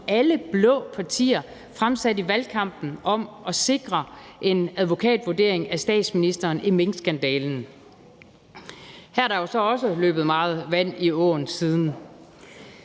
alle blå partier fremsatte i valgkampen, om at sikre en advokatvurdering af statsministeren i minkskandalen. Her er der jo så også løbet meget vand i åen siden.